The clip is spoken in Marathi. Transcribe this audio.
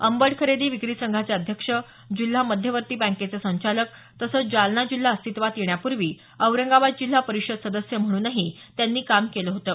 अंबड खरेदी विक्री संघांचे अध्यक्ष जिल्हा मध्यवर्ती बँकेचे संचालक तसंच जालना जिल्हा आस्तित्वात येण्यापूर्वी औरंगाबाद जिल्हा परिषद सदस्य म्हणूनही त्यांनी काम केलं होतं